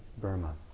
Burma